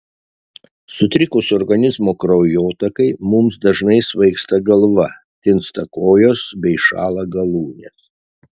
sutrikus organizmo kraujotakai mums dažnai svaigsta galva tinsta kojos bei šąla galūnės